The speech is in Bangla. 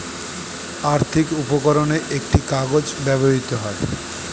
আর্থিক উপকরণে একটি কাগজ ব্যবহৃত হয়